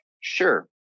Sure